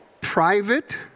Private